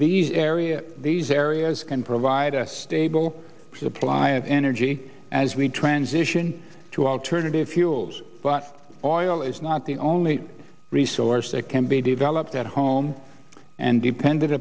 these areas these areas can provide a stable supply of energy as we transition to alternative fuels but boy is not the only resource that can be developed at home and depended